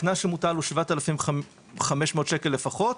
הקנס שמוטל הוא 7,500 שקל לפחות,